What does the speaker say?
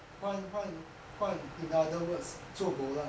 换换 in other words zuo bo lah